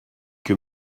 que